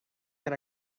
get